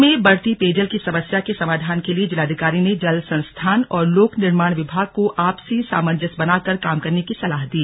जिले में बढ़ती पेयजल की समस्या के समाधान के लिए जिलाधिकारी ने जल संस्थान और लोक निर्माण विभाग को आपसी सांमजस्य बनाकर काम करने की सलाह दी